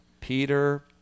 Peter